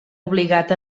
obligat